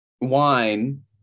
wine